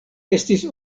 estis